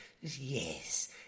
Yes